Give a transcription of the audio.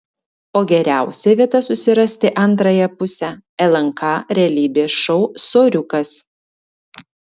o geriausia vieta susirasti antrąją pusę lnk realybės šou soriukas